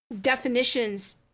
definitions